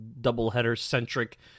doubleheader-centric